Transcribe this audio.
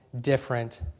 different